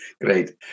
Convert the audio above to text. great